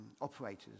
operators